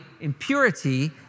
impurity